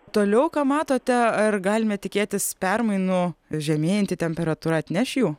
toliau ką matote ar galime tikėtis permainų žemėjanti temperatūra atneš jų